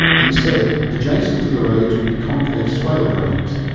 instead, adjacent to the roads would be concave swale drains,